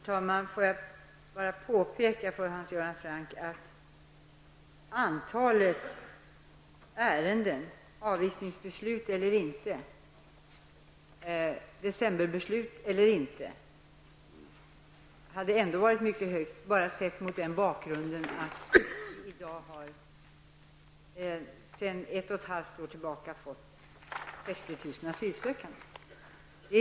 Herr talman! Får jag bara påpeka för Hans Göran Franck att antalet ärenden -- avvisningsbeslut eller inte, decemberbeslut eller inte -- hade ändå varit mycket stort sett mot bakgrunden att det sedan ett och ett halvt år tillbaka har kommit 60 000 asylsökande till Sverige.